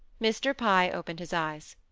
mr. pye opened his eyes.